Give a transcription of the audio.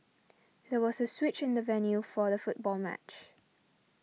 there was a switch in the venue for the football match